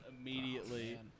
immediately